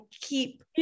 keep